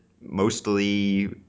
mostly